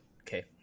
Okay